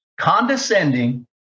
condescending